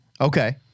Okay